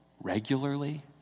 regularly